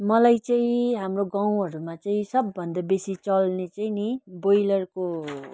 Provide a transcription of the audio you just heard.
मलाई चाहिँ हाम्रो गाउँहरूमा चाहिँ सबभन्दा बेसी चल्ने चाहिँ नि ब्रोइलरको